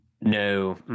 No